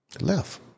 left